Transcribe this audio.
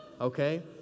okay